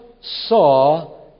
saw